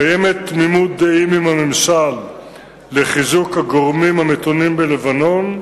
קיימת תמימות דעים עם הממשל האמריקני על חיזוק הגורמים המתונים בלבנון,